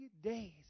days